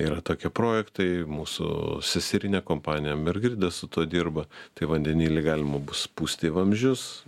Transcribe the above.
yra tokie projektai mūsų seserinė kompanija mergirda su tuo dirba tai vandenilį galima bus pūsti į vamzdžius